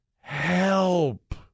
help